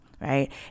right